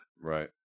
Right